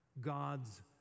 God's